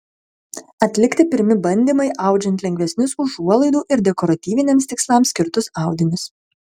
atlikti pirmi bandymai audžiant lengvesnius užuolaidų ir dekoratyviniams tikslams skirtus audinius